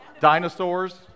Dinosaurs